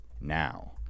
now